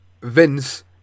Vince